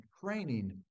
training